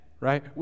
Right